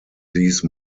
these